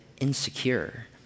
insecure